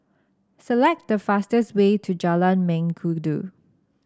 select the fastest way to Jalan Mengkudu